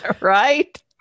Right